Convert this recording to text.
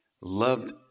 Loved